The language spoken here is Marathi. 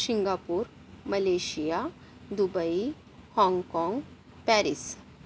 शिंगापूर मलेशिया दुबई हाँगकाँग पॅरिस